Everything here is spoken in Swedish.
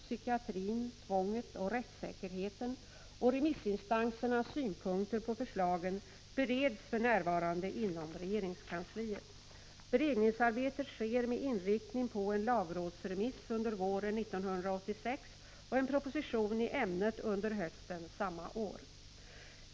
Psykiatrin, tvånget och rättssäkerheten samt remissinstansernas synpunkter på förslagen bereds för närvarande inom regeringskansliet. Beredningsarbetet sker med inriktning på en lagrådsremiss under våren 1986 och en proposition i ämnet under hösten samma år.